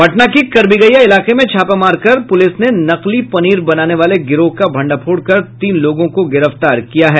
पटना के करबिगहिया इलाके में छापा मारकर पुलिस ने नकली पनीर बनाने वाले गिरोह का भंडाफोड़ कर तीन लोगों को गिरफ्तार किया है